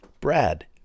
Brad